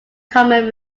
common